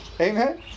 Amen